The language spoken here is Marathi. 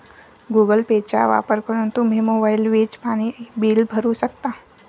गुगल पेचा वापर करून तुम्ही मोबाईल, वीज, पाणी बिल भरू शकता